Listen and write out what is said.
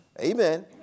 Amen